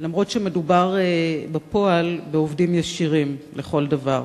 אף-על-פי שמדובר בפועל בעובדים ישירים לכל דבר